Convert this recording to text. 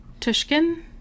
Tushkin